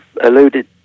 alluded